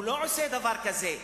הוא לא עושה דבר כזה.